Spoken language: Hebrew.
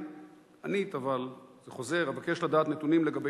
ענית אבל אני חוזר: אבקש לדעת נתונים לגבי